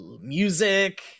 music